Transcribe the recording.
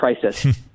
crisis